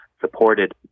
supported